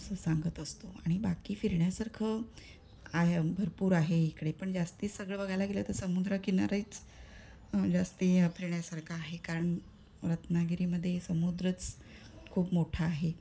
असं सांगत असतो आणि बाकी फिरण्यासारखं आहे भरपूर आहे इकडे पण जास्त सगळं बघायला गेलं तर समुद्रकिनारीच जास्त हे फिरण्यासारखं आहे कारण रत्नागिरीमध्ये समुद्रच खूप मोठा आहे